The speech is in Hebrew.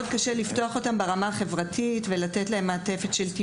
קשה על מנת לפתוח אותם אל שאר החברה על ידי יצירת מעטפת